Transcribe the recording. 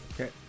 Okay